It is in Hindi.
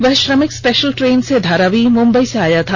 वह श्रमिक स्पेशल ट्रेन से धारावी मुंबई से आया था